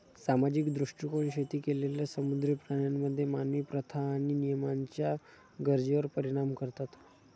सामाजिक दृष्टीकोन शेती केलेल्या समुद्री प्राण्यांमध्ये मानवी प्रथा आणि नियमांच्या गरजेवर परिणाम करतात